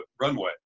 runway